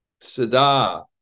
Sada